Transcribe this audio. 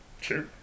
Sure